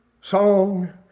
song